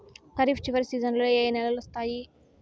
ఖరీఫ్ చివరి సీజన్లలో ఏ ఏ నెలలు వస్తాయి